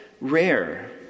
rare